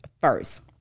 first